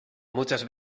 muchas